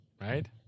right